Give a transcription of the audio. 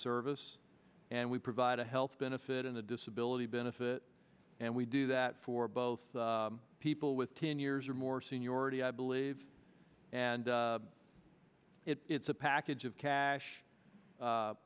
service and we provide a health benefit in the disability benefit and we do that for both people with ten years or more seniority i believe and it's a package of cash